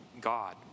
God